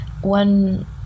one